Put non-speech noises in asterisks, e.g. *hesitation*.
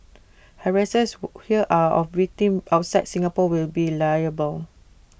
harassers *hesitation* here of victims outside Singapore will be liable